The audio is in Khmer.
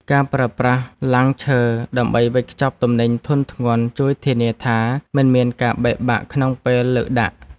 ការប្រើប្រាស់ឡាំងឈើសម្រាប់វេចខ្ចប់ទំនិញធុនធ្ងន់ជួយធានាថា មិនមានការបែកបាក់ក្នុងពេលលើកដាក់។